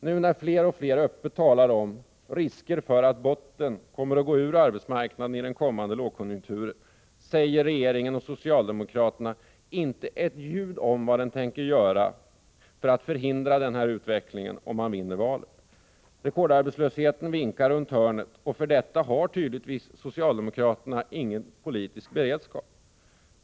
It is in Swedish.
Nu när fler och fler öppet talar om risken för att bottnen går ur arbetsmarknaden i den kommande lågkonjunkturen säger regeringen och socialdemokraterna inte ett ljud om vad de tänker göra för att förhindra den här utvecklingen, om de vinner valet. Rekordarbetslösheten vinkar runt hörnet, och för detta har tydligtvis socialdemokraterna ingen politisk beredskap.